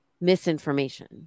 misinformation